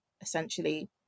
essentially